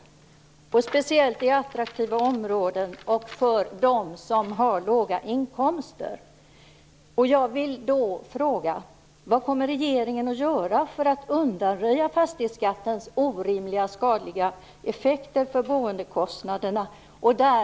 Det gäller speciellt i attraktiva områden och för dem som har låga inkomster.